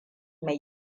mai